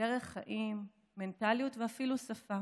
דרך חיים, מנטליות ואפילו שפה.